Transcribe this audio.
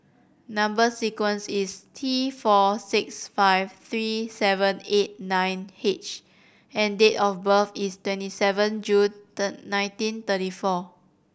number sequence is T four six five three seven eight nine H and date of birth is twenty seven June the nineteen thirty four